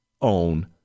own